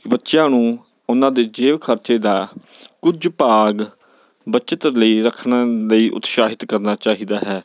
ਬੱਚਿਆਂ ਨੂੰ ਉਹਨਾਂ ਦੇ ਜੇਬ ਖਰਚੇ ਦਾ ਕੁਝ ਭਾਗ ਬੱਚਤ ਲਈ ਰੱਖਣਾ ਲਈ ਉਤਸ਼ਾਹਿਤ ਕਰਨਾ ਚਾਹੀਦਾ ਹੈ